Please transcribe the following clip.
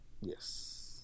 Yes